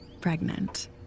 pregnant